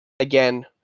again